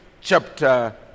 Chapter